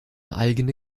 eigene